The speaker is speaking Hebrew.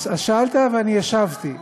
אז שאלת, ואני השבתי.